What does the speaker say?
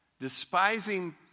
despising